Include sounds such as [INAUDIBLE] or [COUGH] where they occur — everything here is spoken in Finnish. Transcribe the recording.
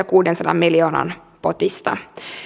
[UNINTELLIGIBLE] kuudensadan miljoonan potista